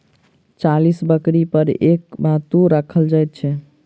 चालीस बकरी पर एक बत्तू राखल जाइत छै